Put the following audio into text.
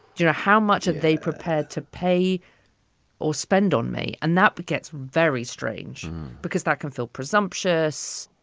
you know how much are they prepared to pay or spend on me? and that but gets very strange because that can feel presumptuous.